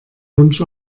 wunsch